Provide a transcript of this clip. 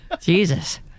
Jesus